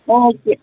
okay